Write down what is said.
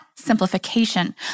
simplification